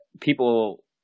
people